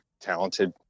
talented